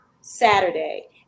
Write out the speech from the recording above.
Saturday